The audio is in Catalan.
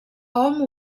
hom